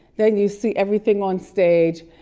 then you see everything on stage.